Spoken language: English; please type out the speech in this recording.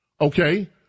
Okay